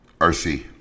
RC